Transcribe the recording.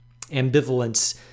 ambivalence